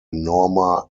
norma